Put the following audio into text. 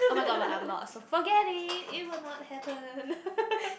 oh-my-god but I'm not so forget it it will not happen